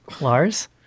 lars